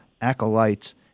acolytes